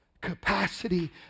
capacity